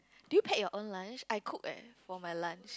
do you pack your own lunch I cook eh for my lunch